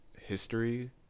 history